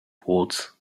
boards